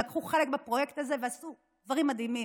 שלקחו חלק בפרויקט הזה ועשו דברים מדהימים,